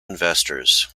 investors